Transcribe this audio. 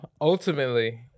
ultimately